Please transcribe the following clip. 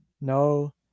No